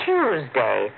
Tuesday